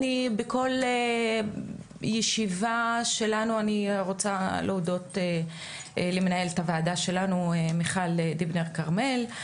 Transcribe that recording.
בכל ישיבה שלנו אני רוצה להודות למנהלת הוועדה שלנו מיכל דיבנר כרמל,